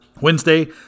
Wednesday